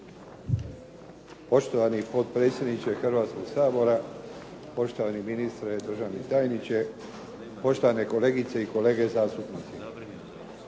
Poštovani potpredsjedniče Hrvatskoga sabora, poštovani ministre, državni tajniče, poštovane kolegice i kolege zastupnici.